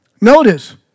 Notice